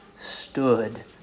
stood